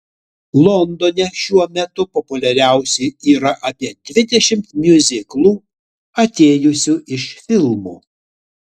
londone šiuo metu populiariausi yra apie dvidešimt miuziklų atėjusių iš filmų